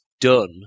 done